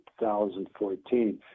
2014